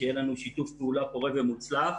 שיהיה לנו שיתוף פעולה פורה ומוצלח.